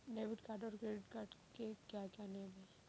Debit card और credit card के क्या क्या नियम हैं?